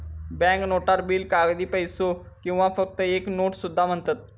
bank नोटाक bill, कागदी पैसो किंवा फक्त एक नोट सुद्धा म्हणतत